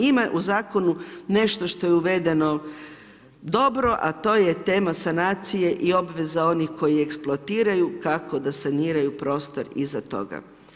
Ima u zakonu nešto što je uvedeno dobro a to je tema sanacije i obveza onih koji eksploatiraju, kako da saniraju prostor iza toga.